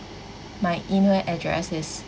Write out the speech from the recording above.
my email address is